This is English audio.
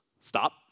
stop